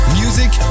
music